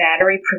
battery